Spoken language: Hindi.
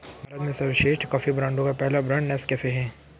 भारत में सर्वश्रेष्ठ कॉफी ब्रांडों का पहला ब्रांड नेस्काफे है